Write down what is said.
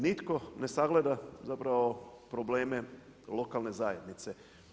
Nitko ne sagleda zapravo probleme lokalne zajednice.